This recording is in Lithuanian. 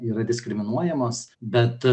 yra diskriminuojamos bet